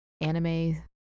anime